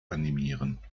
animieren